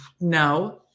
No